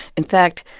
in fact,